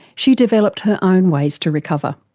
she developed her own ways to recover.